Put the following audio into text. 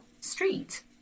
street